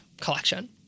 collection